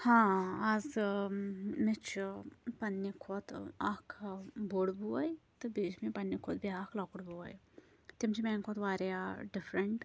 ہاں آز ٲں مےٚ چھُ پَننہِ کھۄتہٕ ٲں اَکھ ٲں بوٚڑ بھوے تہٕ بیٚیہِ چھُ مےٚ پَننہِ کھۄتہٕ بیٛاکھ لۄکُٹ بھوے تِم چھِ میٛانہِ کھۄتہٕ واریاہ ڈِفریٚنٛٹ